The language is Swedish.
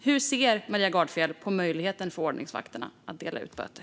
Hur ser Maria Gardfjell på möjligheten för ordningsvakterna att dela ut böter?